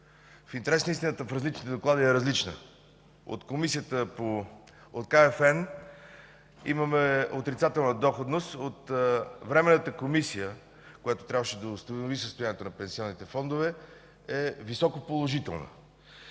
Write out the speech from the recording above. в интерес на истината, в различните доклади е различна. От Комисията за финансов надзор имаме отрицателна доходност, от Временната комисия, която трябваше да установи състоянието на пенсионните фондове, е високо положителна.